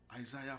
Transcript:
Isaiah